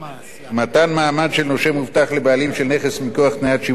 מעמד של נושה מובטח לבעלים של נכס מכוח תניית שימור בעלות,